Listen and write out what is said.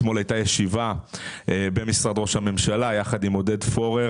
אתמול הייתה ישיבה במשרד ראש הממשלה יחד עם עודד פורר